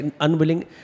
unwilling